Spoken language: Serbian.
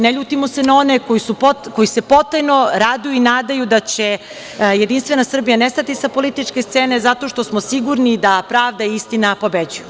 Ne ljutimo se na one koji se potajno raduju i nadaju da će Jedinstvena Srbija nestati sa političke scene zato što smo sigurni da pravda i istina pobeđuju.